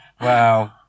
Wow